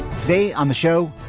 today on the show,